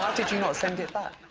um did you not send it back?